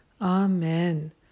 Amen